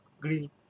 green